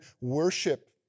worship